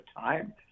time